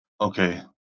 Okay